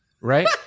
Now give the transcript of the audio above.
right